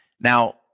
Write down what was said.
Now